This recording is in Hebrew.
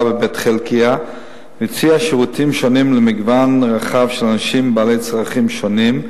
בבית-חלקיה והציע שירותים שונים למגוון רחב של אנשים בעלי צרכים שונים,